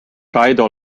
kaido